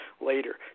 later